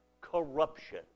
corruption